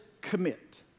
commit